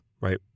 right